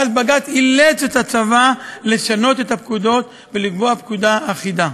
ואז בג"ץ אילץ את הצבא לשנות את הפקודות ולקבוע פקודה אחידה.